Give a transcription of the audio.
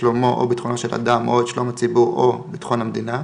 שלומו או ביטחונו של אדם או את שלום הציבור או ביטחון המדינה,